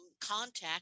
contact